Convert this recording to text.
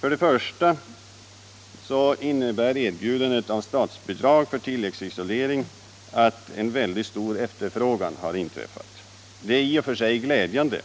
För det första innebär erbjudandet om statsbidrag för tilläggsisolering att en väldigt stor efterfrågan har uppkommit. Detta är i och för sig glädjande,